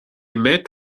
met